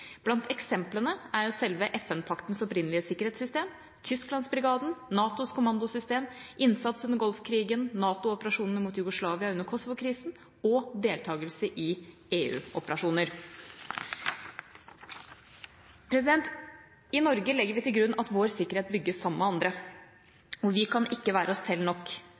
Blant eksemplene er selve FN-paktens opprinnelige sikkerhetssystem, Tysklandsbrigaden, NATOs kommandosystem, innsats under Golfkrigen, NATO-operasjonene mot Jugoslavia under Kosovo-krisen og deltakelse i EU-operasjoner. I Norge legger vi til grunn at vår sikkerhet bygges sammen med andre, og vi kan ikke være oss selv nok.